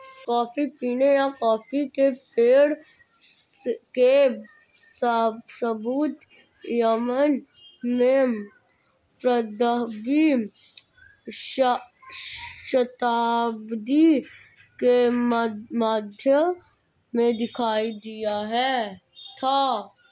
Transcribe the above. coffee पीने या coffee के पेड़ के सबूत यमन में पंद्रहवी शताब्दी के मध्य में दिखाई दिया था